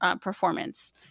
performance